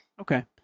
Okay